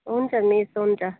हुन्छ मिस हुन्छ